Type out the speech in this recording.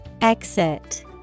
Exit